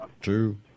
two